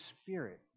Spirit